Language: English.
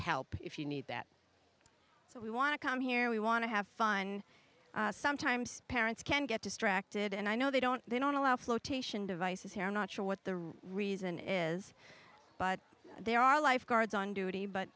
help if you need that so we want to come here we want to have fun sometimes parents can get distracted and i know they don't they don't allow flotation devices here i'm not sure what the reason is but there are lifeguards on duty but